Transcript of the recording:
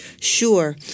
Sure